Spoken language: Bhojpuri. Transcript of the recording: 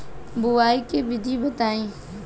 बुआई के विधि बताई?